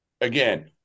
again